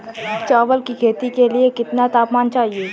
चावल की खेती के लिए कितना तापमान चाहिए?